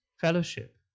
fellowship